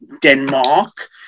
Denmark